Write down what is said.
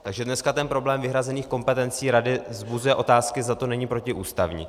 Takže dneska ten problém vyhrazených kompetencí rady vzbuzuje otázky, zda to není protiústavní.